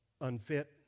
unfit